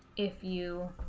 if you